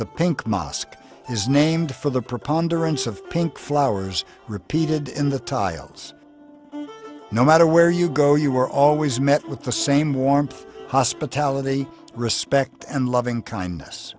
the pink mosque is named for the preponderance of pink flowers repeated in the tiles no matter where you go you are always met with the same warmth hospitality respect and loving kindness